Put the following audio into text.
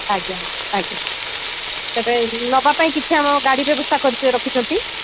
ଆଜ୍ଞା ଆଜ୍ଞା ତେବେ ନେବାପାଇଁ କିଛି ଆମ ଗାଡ଼ି ବ୍ୟବସ୍ଥା ରଖିଛନ୍ତି